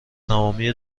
تمامی